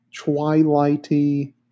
twilighty